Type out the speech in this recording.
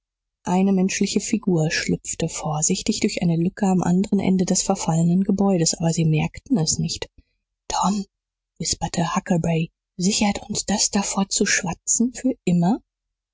eine menschliche figur schlüpfte vorsichtig durch eine lücke am anderen ende des verfallenen gebäudes aber sie merkten es nicht tom wisperte huckleberry sichert uns das davor zu schwatzen für immer